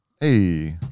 Hey